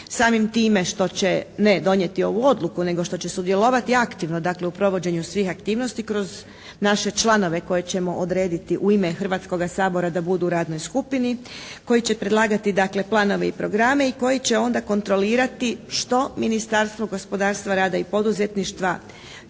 samim time što će ne donijeti ovu odluku nego što će sudjelovati aktivno u provođenju svih aktivnosti kroz naše članove koje ćemo odrediti u ime Hrvatskoga sabora da budu u radnoj skupini koji će predlagati planove i programe i koji će onda kontrolirati što Ministarstvo gospodarstva, rada i poduzetništva